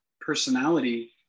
personality